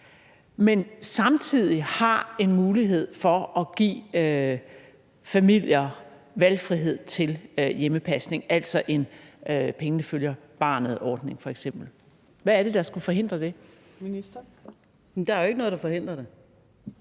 men samtidig har en mulighed for at give familier valgfrihed til hjemmepasning, altså en pengene følger barnet-ordning f.eks. Hvad er det, der skulle forhindre det? Kl. 17:43 Fjerde næstformand